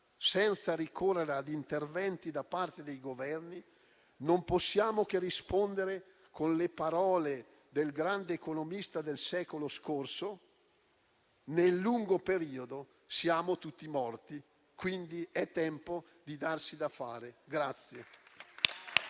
senza ricorrere ad interventi da parte dei Governi, non possiamo che rispondere con le parole del grande economista del secolo scorso: nel lungo periodo, siamo tutti morti. Quindi, è tempo di darsi da fare.